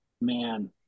Man